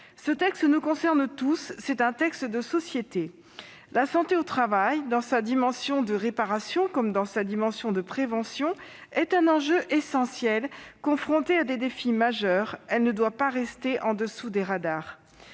Il nous concerne tous, c'est un texte de société. La santé au travail, dans sa dimension de réparation comme de prévention, est un enjeu essentiel ; confrontée à des défis majeurs, elle ne doit pas rester sous les radars.